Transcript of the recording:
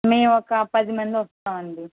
మేమొక పదిమందొస్తామండి